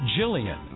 Jillian